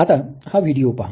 आता हा व्हिडीओ पहा